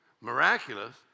miraculous